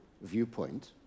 viewpoint